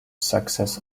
success